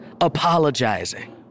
apologizing